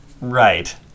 Right